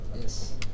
Yes